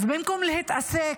אז במקום להתעסק